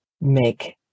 make